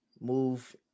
move